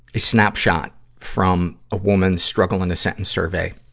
a snapshot from a woman's struggle in a sentence survey.